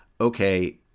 okay